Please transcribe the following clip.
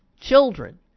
children